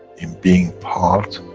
in being part,